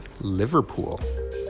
Liverpool